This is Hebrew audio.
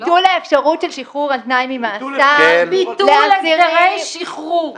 "ביטול האפשרות של שחרור על תנאי ממאסר -- ביטול הסדרי שחרור.